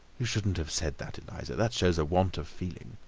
you shouldn't have said that, eliza. that shows a want of feeling.